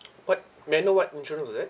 what may I know what insurance was that